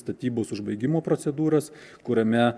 statybos užbaigimo procedūras kuriame